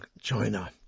China